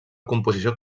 composició